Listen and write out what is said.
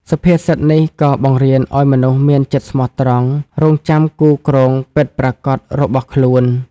សុភាសិតនេះក៏បង្រៀនឱ្យមនុស្សមានចិត្តស្មោះត្រង់ រង់ចាំគូគ្រងពិតប្រាកដរបស់ខ្លួន។